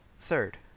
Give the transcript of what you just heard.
Third